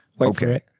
Okay